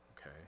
okay